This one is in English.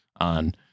on